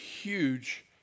huge